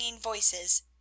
voices